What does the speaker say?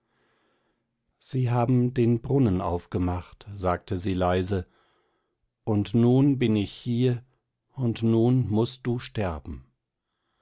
sie haben den brunnen aufgemacht sagte sie leise und nun bin ich hier und nun mußt du sterben